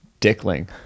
dickling